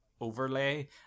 overlay